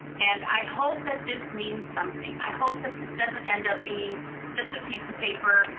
and i hope that this means something. i hope that this doesn't end up being just a piece of paper.